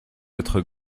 être